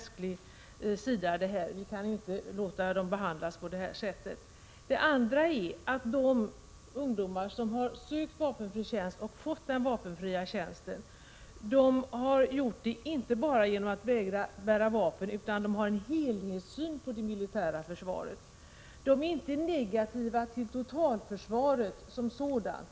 Vi kan inte låta dem behandlas på detta sätt. Det andra problemet är att de ungdomar som har sökt vapenfri tjänst och fått sådan inte bara har vägrat bära vapen utan har en helhetssyn på det militära försvaret. De är inte negativa till totalförsvaret som sådant.